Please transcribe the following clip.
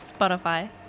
Spotify